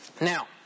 Now